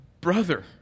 brother